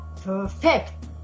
perfect